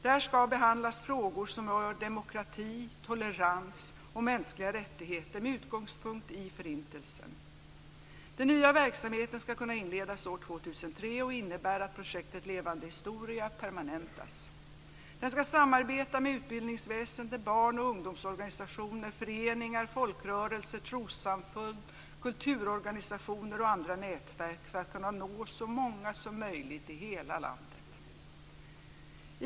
Där ska frågor behandlas som rör demokrati, tolerans och mänskliga rättigheter med utgångspunkt i Förintelsen. Den nya verksamheten ska kunna inledas år 2003 och innebär att projektet Levande historia permanentas. Den ska samarbeta med utbildningsväsende, barn och ungdomsorganisationer, föreningar, folkrörelser, trossamfund, kulturorganisationer och andra nätverk för att kunna nå så många som möjligt i hela landet.